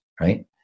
right